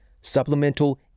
supplemental